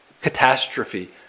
Catastrophe